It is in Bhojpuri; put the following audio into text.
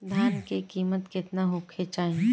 धान के किमत केतना होखे चाही?